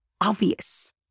obvious